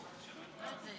לחוק,